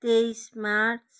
तेइस मार्च